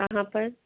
कहाँ पर